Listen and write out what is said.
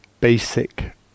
basic